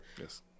Yes